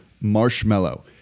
marshmallow